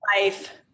life